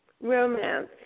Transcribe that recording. Romance